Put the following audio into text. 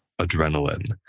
adrenaline